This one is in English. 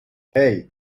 hey